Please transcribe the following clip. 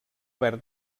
verd